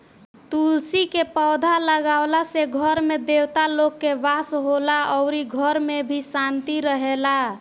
तुलसी के पौधा लागावला से घर में देवता लोग के वास होला अउरी घर में भी शांति रहेला